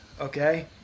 okay